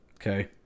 Okay